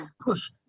push